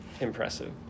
Impressive